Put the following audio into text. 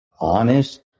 honest